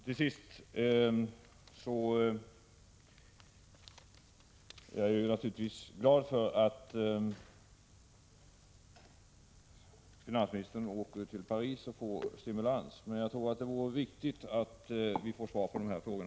Till sist vill jag säga att jag naturligtvis är glad över att finansministern åker till Paris och får stimulans, men jag tror det är viktigt att vi här hemma får svar på dessa frågor.